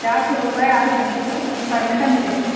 चार सौ रुपये आठ घंटे का काम करने का मिलेगा